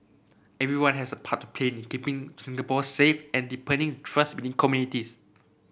everyone has a part to play in keeping Singapore safe and deepening the trust between communities